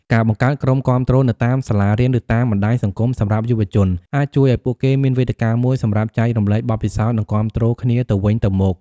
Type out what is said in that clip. ការបង្កើតក្រុមគាំទ្រនៅតាមសាលារៀន ឬតាមបណ្ដាញសង្គមសម្រាប់យុវជនអាចជួយឱ្យពួកគេមានវេទិកាមួយសម្រាប់ចែករំលែកបទពិសោធន៍ និងគាំទ្រគ្នាទៅវិញទៅមក។